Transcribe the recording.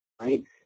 right